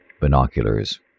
binoculars